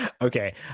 Okay